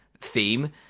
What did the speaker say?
theme